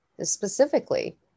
specifically